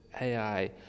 AI